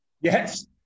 Yes